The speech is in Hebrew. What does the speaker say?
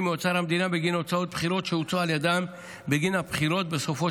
מאוצר המדינה בגין הוצאות בחירות שהוצאו על ידם בגין הבחירות שבסופו